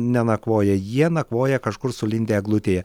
nenakvoja jie nakvoja kažkur sulindę eglutėje